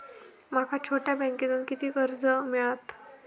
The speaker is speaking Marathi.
माका छोट्या बँकेतून किती कर्ज मिळात?